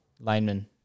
Lineman